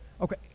okay